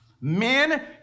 Men